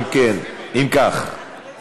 אם כך,